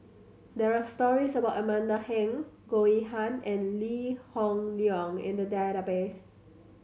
there are stories about Amanda Heng Goh Yihan and Lee Hoon Leong in the database